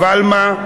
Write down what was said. אבל מה?